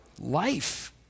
life